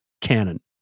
canon